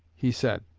he said,